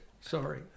Sorry